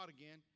again